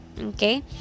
okay